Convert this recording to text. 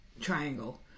triangle